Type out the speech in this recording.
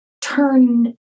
turn